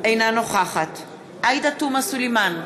אינה נוכחת עאידה תומא סלימאן,